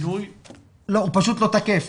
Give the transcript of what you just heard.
הוא פשוט לא תקף.